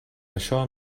això